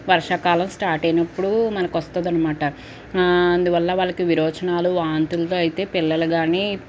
వర్షాకాలం స్టార్ట్ అయినప్పుడు మనకు వస్తుంది అనమాట అందువల్ల వాళ్ళకి విరేచనాలు వాంతులతో అయితే పిల్లలు కానీ